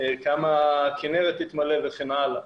כמה הכינרת תתמלא וכן הלאה.